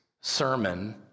sermon